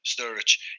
Sturridge